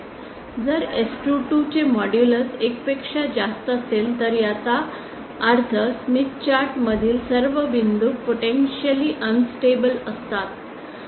जर S22 चे modulus 1 पेक्षा जास्त असेल तर याचा अर्थ स्मिथ चार्ट मधील सर्व बिंदू पोटेंशिअलि अनन्स्टेबल असतात